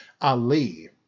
Ali